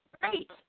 great